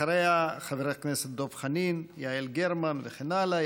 אחריה, חברי הכנסת דב חנין, יעל גרמן וכן הלאה.